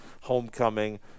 homecoming